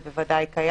זה בוודאי קיים,